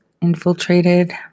infiltrated